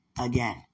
again